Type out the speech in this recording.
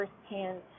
firsthand